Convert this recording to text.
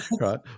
right